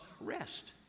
rest